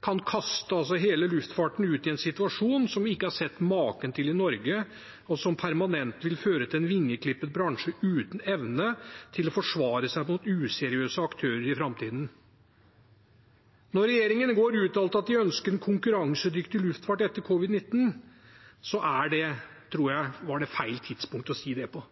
kan kaste hele luftfarten ut i en situasjon som vi ikke har sett maken til i Norge, og som permanent vil føre til en vingeklippet bransje uten evne til å forsvare seg mot useriøse aktører i framtiden. Når regjeringen i går uttalte at de ønsker en konkurransedyktig luftfart etter covid-19, var det, tror jeg, feil tidspunkt å si det på,